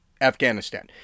Afghanistan